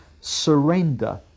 surrender